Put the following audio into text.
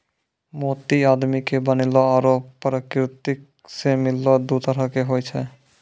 मोती आदमी के बनैलो आरो परकिरति सें मिललो दु तरह के होय छै